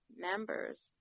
members